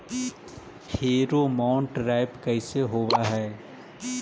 Pheromone trap कैसे होब हई?